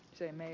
teemme ja